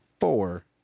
Four